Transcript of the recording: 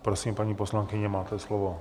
Prosím, paní poslankyně, máte slovo.